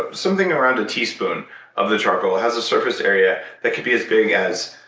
something around a teaspoon of the charcoal has a surface area that could be as big as,